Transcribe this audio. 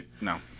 no